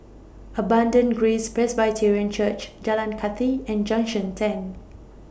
Abundant Grace Presbyterian Church Jalan Kathi and Junction ten